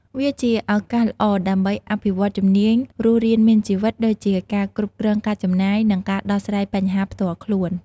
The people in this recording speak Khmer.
វាជាឱកាសល្អដើម្បីអភិវឌ្ឍជំនាញរស់រានមានជីវិត ដូចជាការគ្រប់គ្រងការចំណាយ និងការដោះស្រាយបញ្ហាផ្ទាល់ខ្លួន។